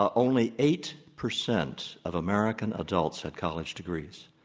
ah only eight percent of american adults had college degrees.